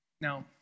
Now